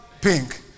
pink